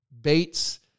Bates